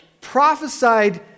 prophesied